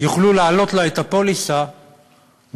יוכלו להעלות לו את הפוליסה ב-20%.